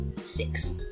Six